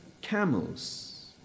camels